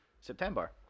September